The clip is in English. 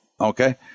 okay